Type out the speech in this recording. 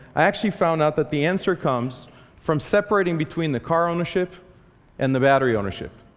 i actually found out that the answer comes from separating between the car ownership and the battery ownership.